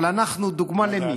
אבל אנחנו דוגמה למי?